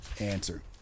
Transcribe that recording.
answer